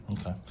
Okay